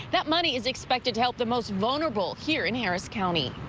that money is expected to help the most vulnerable here in harris county.